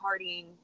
partying